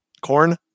corn